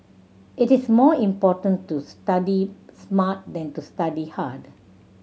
it is more important to study smart than to study hard